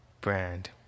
brand